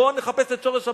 בואו נחפש את שורש הבעיה,